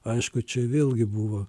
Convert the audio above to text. aišku čia vėlgi buvo